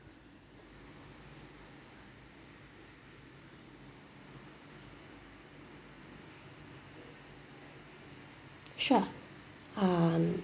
sure um